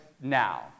now